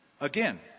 again